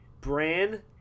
Bran